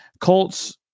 Colts